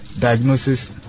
diagnosis